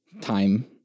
time